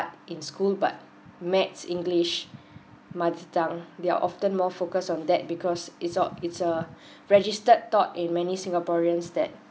in school but maths english mother tongue they are often more focused on that because it's al~ it's uh registered taught in many singaporeans that